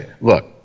Look